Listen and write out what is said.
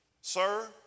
Sir